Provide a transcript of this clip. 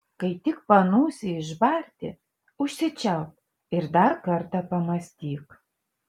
kai tik panūsi išbarti užsičiaupk ir dar kartą pamąstyk